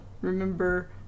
remember